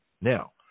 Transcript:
Now